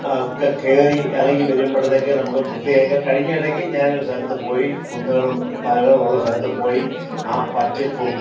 ഒക്കെ കയറി ഇറങ്ങി വരുമ്പോഴത്തേക്ക് നമുക്ക് പ്രത്യേക കഴിഞ്ഞിടക്ക് ഞാൻ ഒരു സ്ഥലത്ത് പോയി കുന്നുകളും മലകളും ഉള്ള സ്ഥലത്ത് പോയി ആ പച്ചപ്പും